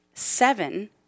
Seven